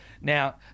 Now